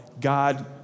God